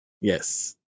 Yes